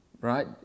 right